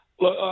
Look